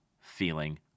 feeling